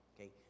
Okay